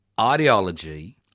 ideology